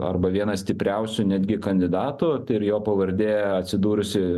arba vienas stipriausių netgi kandidatų tai ir jo pavardė atsidūrusi